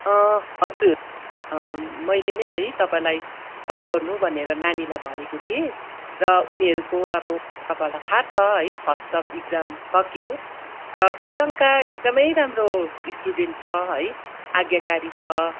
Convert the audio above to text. हजुर मैले नै है तपाईँलाई कल गर्नु भनेर नानीलाई भनेको थिएँ र उनीहरूको अब तपाईँहरूलाई थाहा छ है फर्स्ट टर्म इक्जान सकियो र प्रियङ्का एकदमै राम्रो स्टुडेन्ट छ है आज्ञाकारी छ